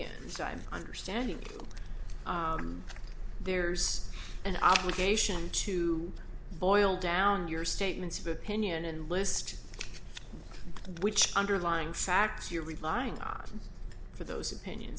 enzyme understanding there's an obligation to boil down your statements of opinion and list which underlying facts you're relying on for those opinions